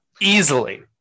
easily